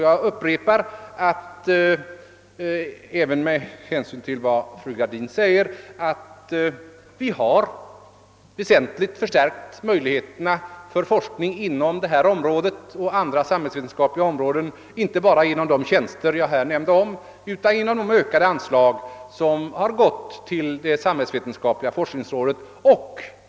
Jag upprepar, även med hänsyn till vad fru Gradin säger, att vi har väsentligt förstärkt möjligheterna för forskning inom detta område och andra samhällsvetenskapliga områden inte bara genom de tjänster jag här omnämnde utan även genom de ökade anslag som har gått till det samhällsvetenskapliga forskningsrådet.